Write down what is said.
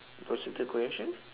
proceed the question